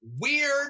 Weird